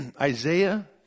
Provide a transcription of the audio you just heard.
Isaiah